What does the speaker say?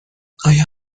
آیا